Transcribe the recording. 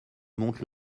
monte